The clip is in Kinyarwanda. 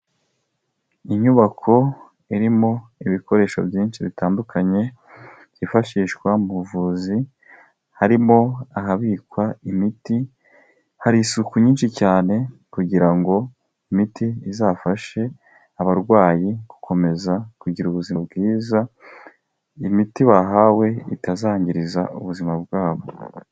Inyubako irimo ibikoresho byinshi bitandukanye, byifashishwa mu buvuzi, harimo ahabikwa imiti, hari isuku nyinshi cyane kugira ngo imiti izafashe abarwayi gukomeza kugira ubuzima bwiza, imiti bahawe itazangiriza ubuzima bwabo.